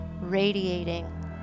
radiating